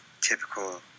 typical